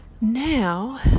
Now